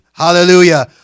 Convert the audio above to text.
Hallelujah